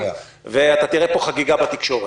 ואתה תראה פה חגיגה בתקשורת.